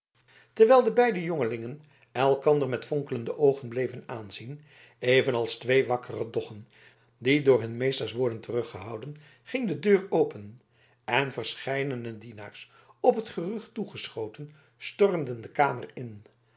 terwijl de beide jongelingen elkander met fonkelende oogen bleven aanzien evenals twee wakkere doggen die door hun meesters worden teruggehouden ging de deur open en verscheidene dienaars op het gerucht toegeschoten stormden de kamer in